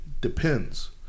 Depends